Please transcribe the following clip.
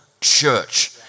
church